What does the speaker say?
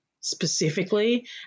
specifically